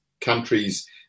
countries